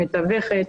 מתווכת,